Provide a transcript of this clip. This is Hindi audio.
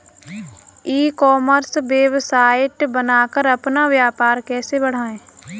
ई कॉमर्स वेबसाइट बनाकर अपना व्यापार कैसे बढ़ाएँ?